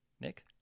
nick